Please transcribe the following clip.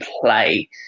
play